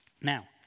Now